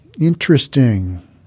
Interesting